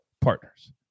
partners